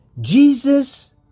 Jesus